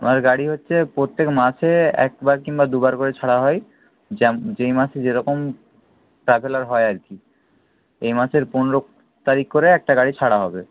আমার গাড়ি হচ্ছে প্রত্যেক মাসে একবার কিংবা দুবার করে ছাড়া হয় যেই মাসে যে রকম ট্র্যাভেলার হয় আর কি এই মাসের পনেরো তারিখ করে একটা গাড়ি ছাড়া হবে